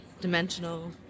dimensional